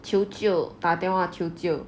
求救打电话求救